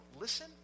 listen